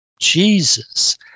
Jesus